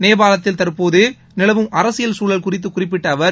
நேபாளத்தில் தற்போது நிலவும் அரசியல் தூழல் குறித்து குறிப்பிட்ட அவர்